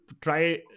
try